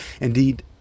Indeed